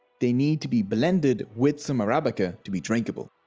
they need to be blended with some arabica to be drinkable.